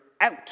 out